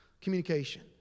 communication